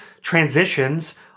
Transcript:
Transitions